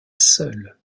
seul